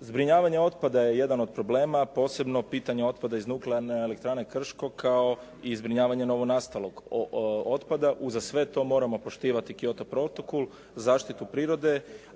Zbrinjavanje otpada je jedan od problema, a posebno pitanje otpada iz nuklearne elektrane Krško kao i zbrinjavanje novonastalog otpada. Uza sve to moramo poštivati Kyoto protokol, zaštitu prirode,